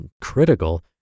critical